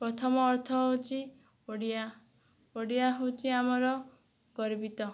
ପ୍ରଥମ ଅର୍ଥ ହେଉଛି ଓଡ଼ିଆ ଓଡ଼ିଆ ହେଉଛି ଆମର ଗର୍ବିତ